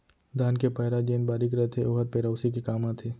धान के पैरा जेन बारीक रथे ओहर पेरौसी के काम आथे